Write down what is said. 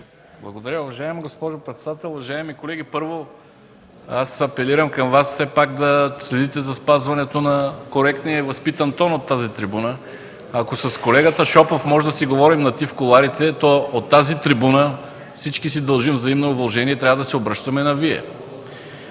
Благодаря. Уважаема госпожо председател, уважаеми колеги, първо аз апелирам към Вас все пак да следите за спазването на коректния, възпитан тон от тази трибуна. Ако с колегата Шопов можем да си говорим на „ти” в кулоарите, то от тази трибуна всички си дължим взаимно уважение и трябва да се обръщаме на „Вие”.